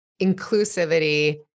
Inclusivity